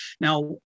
Now